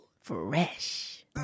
Fresh